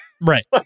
Right